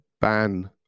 ban